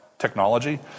Technology